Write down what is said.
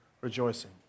rejoicing